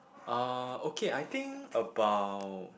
uh okay I think about